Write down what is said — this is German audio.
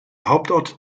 hauptort